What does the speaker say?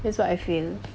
that's what I feel